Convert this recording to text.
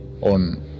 on